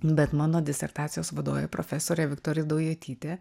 bet mano disertacijos vadovė profesorė viktorija daujotytė